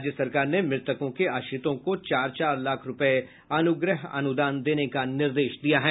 राज्य सरकार ने मृतकों के आश्रितों को चार चार लाख रूपये अनुग्रह अनुदान देने का निर्देश दिया है